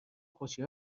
خوشی